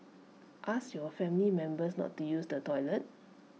ask your family members not to use the toilet